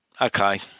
okay